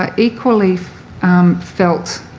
ah equally felt